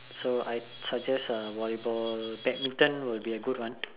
so I suggest uh volleyball badminton will be a good one